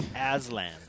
Aslan